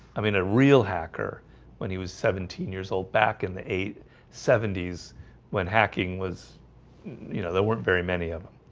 i mean a real hacker when he was seventeen years old back in the eighth seventy s when hacking was you know there weren't very many of them